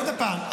עוד פעם,